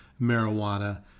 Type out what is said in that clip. marijuana